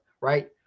right